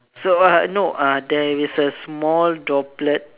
so uh no uh there is a small droplet